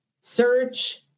search